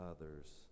others